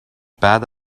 بعد